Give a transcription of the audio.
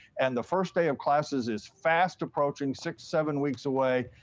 and the first day of classes is fast approaching, six, seven weeks away.